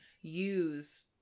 use